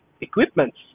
equipments